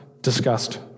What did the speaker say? discussed